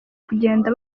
kugenda